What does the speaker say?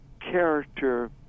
character